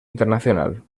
internacional